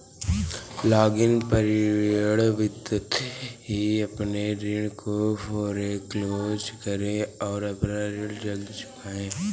lock in period बीतते ही अपने ऋण को फोरेक्लोज करे और अपना ऋण जल्द चुकाए